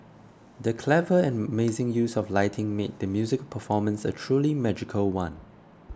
the clever and mazing use of lighting made the musical performance a truly magical one